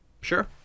Sure